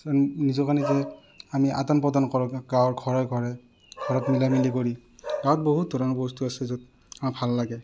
নিজকে নিজে আমি আদান প্ৰদান কৰোঁ গাঁৱৰ ঘৰে ঘৰে ঘৰত মিলা মিলি কৰি গাঁৱত বহুত ধৰণৰ বস্তু আছে য'ত আমাৰ ভাল লাগে